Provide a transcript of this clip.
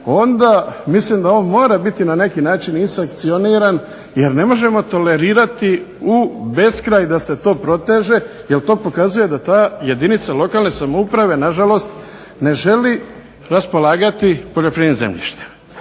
onda mislim da on mora biti na neki način i sankcioniran jer ne možemo tolerirat u beskraj da se to proteže jer to pokazuje da ta jedinica lokalne samouprave nažalost ne želi raspolagati poljoprivrednim zemljištem.